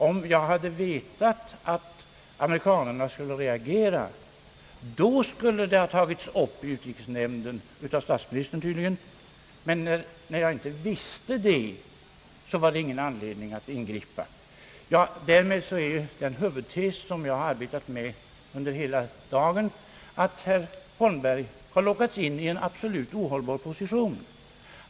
Om jag hade vetat att amerikanerna skulle reagera, då skulle det ha tagits upp i utrikesnämnden — av stats ministern tydligen — men när jag inte visste det fanns det ingen anledning att ingripa. Därmed är den huvudtes jag arbetat med under hela dagen bevisad, nämligen att herr Holmberg har lockats in i en absolut ohållbar position.